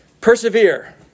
Persevere